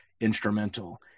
instrumental